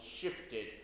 shifted